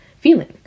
feeling